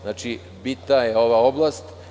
Znači, bitna je ova oblast.